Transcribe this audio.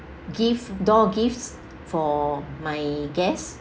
gift door gifts for my guests